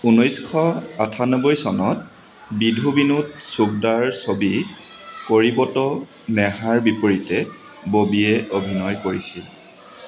ঊনৈছশ আঠান্নবৈ চনত বিধু বিনোদ চোপডাৰ ছবি কৰিব ত নেহাৰ বিপৰীতে ববীয়ে অভিনয় কৰিছিল